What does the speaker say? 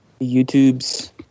YouTube's